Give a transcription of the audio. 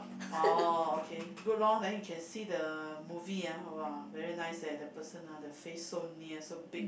oh okay good lor then you can see the movie ah !wah! very nice leh the person ah the face so near so big